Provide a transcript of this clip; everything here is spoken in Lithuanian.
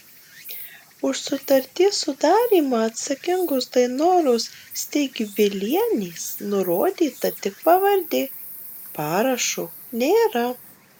už sutarties sudarymą atsakingos dainoros steigvilienės nurodyta tik pavardė parašo nėra